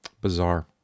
Bizarre